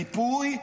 ריפוי,